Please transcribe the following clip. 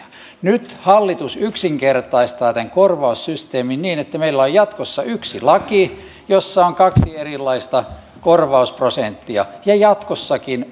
nyt hallitus yksinkertaistaa tämän korvaussysteemin niin että meillä on jatkossa yksi laki jossa on kaksi erilaista korvausprosenttia ja jatkossakin